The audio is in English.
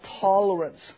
tolerance